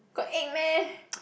got egg meh